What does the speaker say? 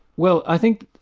well i think,